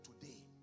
today